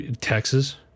Texas